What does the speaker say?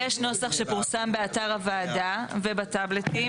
יש נוסח שפורסם באתר הוועדה ובטאבלטים,